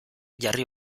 jarri